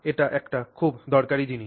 এটি একটি খুব দরকারী জিনিস